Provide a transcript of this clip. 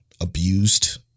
Abused